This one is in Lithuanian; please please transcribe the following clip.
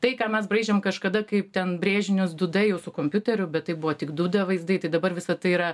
tai ką mes braižėm kažkada kaip ten brėžinius du d jau su kompiuteriu bet tai buvo tik du d vaizdai tai dabar visa tai yra